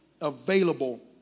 available